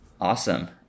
Awesome